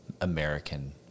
American